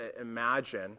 imagine